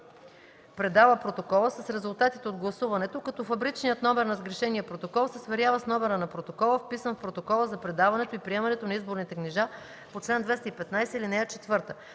предава протокола с резултатите от гласуването, като фабричният номер на сгрешения протокол се сверява с номера на протокола, вписан в протокола за предаването и приемането на изборните книжа по чл. 215, ал. 4.